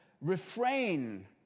refrain